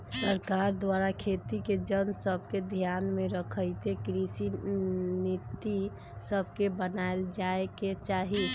सरकार द्वारा खेती के जन सभके ध्यान में रखइते कृषि नीति सभके बनाएल जाय के चाही